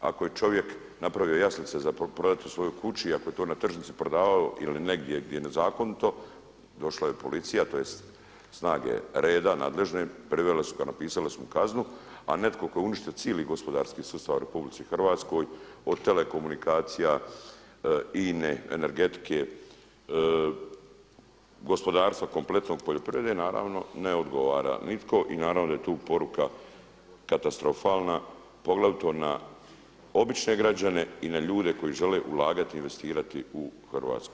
Ako je čovjek napravio jaslice za prodati u svojoj kući i ako je to na tržnici prodavao ili negdje gdje je nezakonito, došla je policija tj. snage reda nadležne, privele su ga, napisale su mu kaznu, a netko tko je uništio cijeli gospodarski sustav u Republici Hrvatskoj od telekomunikacija, INA-e, energetike, gospodarstva kompletnog, poljoprivrede naravno ne odgovara nitko i naravno da je tu poruka katastrofalna poglavito na obične građane i na ljude koji žele ulagati, investirati u Hrvatsku.